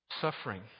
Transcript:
Suffering